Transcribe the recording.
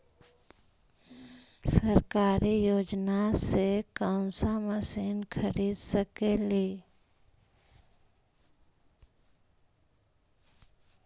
सरकारी योजना से कोन सा मशीन खरीद सकेली?